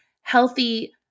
healthy